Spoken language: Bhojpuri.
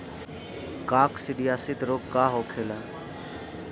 काकसिडियासित रोग का होखेला?